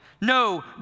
No